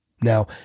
Now